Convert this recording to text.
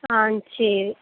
ஆ சரி